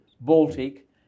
Baltic